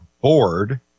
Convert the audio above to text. bored